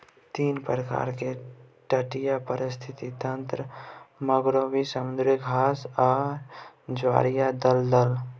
तीन प्रकार के तटीय पारिस्थितिक तंत्र मैंग्रोव, समुद्री घास आर ज्वारीय दलदल